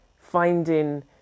finding